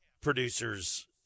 producers